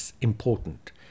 important